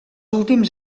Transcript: últims